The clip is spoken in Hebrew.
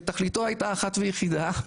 שתכליתו הייתה אחת ויחידה,